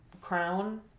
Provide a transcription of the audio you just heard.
crown